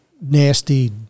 nasty